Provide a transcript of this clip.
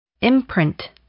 imprint